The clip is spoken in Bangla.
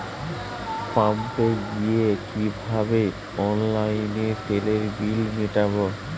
পাম্পে গিয়ে কিভাবে অনলাইনে তেলের বিল মিটাব?